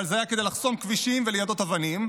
אבל זה היה כדי לחסום כבישים וליידות אבנים.